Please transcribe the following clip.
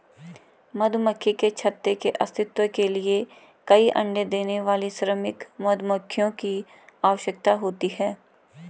मधुमक्खी के छत्ते के अस्तित्व के लिए कई अण्डे देने वाली श्रमिक मधुमक्खियों की आवश्यकता होती है